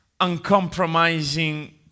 uncompromising